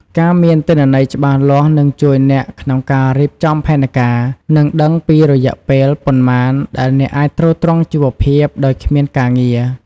ការមានទិន្នន័យច្បាស់លាស់នឹងជួយអ្នកក្នុងការរៀបចំផែនការ និងដឹងពីរយៈពេលប៉ុន្មានដែលអ្នកអាចទ្រទ្រង់ជីវភាពដោយគ្មានការងារ។